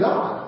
God